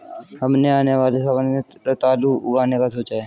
हमने आने वाले सावन में रतालू उगाने का सोचा है